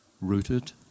rooted